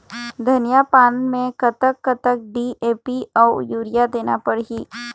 धनिया पान मे कतक कतक डी.ए.पी अऊ यूरिया देना पड़ही?